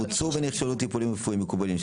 מוצו ונפסלו טיפולים רפואיים מקובלים,